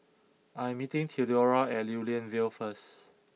I am meeting Theodora at Lew Lian Vale first